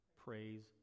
praise